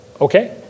Okay